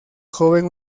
joven